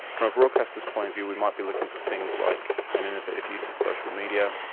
from a broadcaster's point of view we might be looking for things like an innovative use of social media,